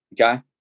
Okay